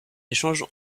échanges